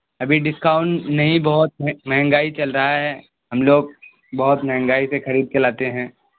ابھی ڈسکاؤنٹ نہیں بہت مہنگائی چل رہا ہے ہم لوگ بہت مہنگائی سے خرید کے لاتے ہیں